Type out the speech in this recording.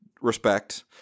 respect